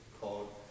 called